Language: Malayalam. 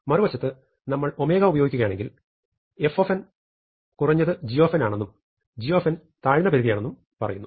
മറുവശത്ത് നമ്മൾ ഒമേഗ ഉപയോഗിക്കുകയാണെങ്കിൽ f കുറഞ്ഞത് g ആണെന്നും g താഴ്ന്നപരിധിയാണെന്നും പറയുന്നു